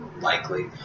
likely